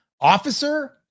officer